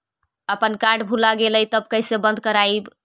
अपन कार्ड भुला गेलय तब कैसे बन्द कराइब?